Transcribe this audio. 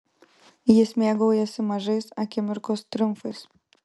jis mėgaujasi mažais akimirkos triumfais